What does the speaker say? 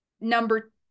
number